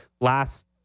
last